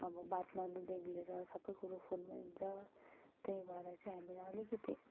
अब बात मार्नुदेखिको लिएर सबै कुरा फोनमै हुन्छ त्यही भएर चाहिँ हामीलाई अलिकति